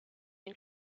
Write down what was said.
and